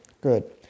Good